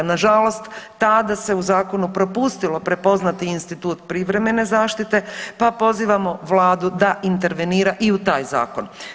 Na žalost tada se u zakonu propustilo prepoznati institut privremene zaštite pa pozivamo Vladu da intervenira i u taj zakon.